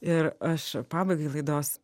ir aš pabaigai laidos